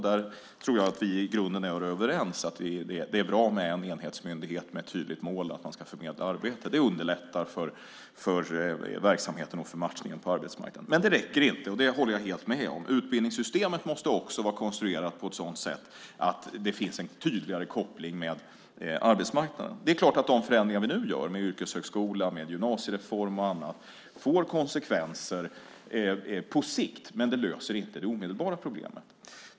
Jag tror att vi i grunden är överens om att det är bra med en enhetsmyndighet med ett tydligt mål att förmedla arbete. Det underlättar för verksamheten och matchningen på arbetsmarknaden. Men det räcker inte. Det håller jag helt med om. Utbildningssystemet måste också vara konstruerat på ett sådant sätt att det finns en tydligare koppling till arbetsmarknaden. De förändringar vi nu gör med yrkeshögskola, gymnasiereform och annat får naturligtvis konsekvenser på sikt, men det löser inte det omedelbara problemet.